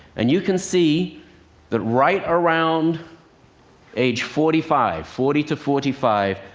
and you can see that right around age forty five, forty to forty five,